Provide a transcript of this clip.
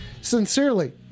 Sincerely